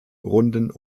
runden